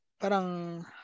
parang